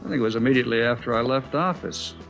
it was immediately after i left office,